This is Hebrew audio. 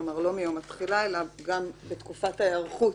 כלומר לא מיום התחילה אלא גם בתקופת ההיערכות